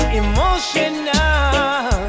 emotional